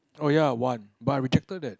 oh ya one but I rejected that